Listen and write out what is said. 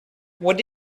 what